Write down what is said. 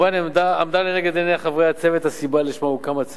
עמדה לנגד עיני חברי הצוות הסיבה שלשמה הוקם הצוות,